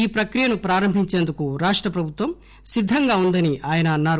ఈ ప్రక్రియను ప్రారంభించేందుకు రాష్ట ప్రభుత్వం సిద్ధంగా వుందని ఆయన అన్నారు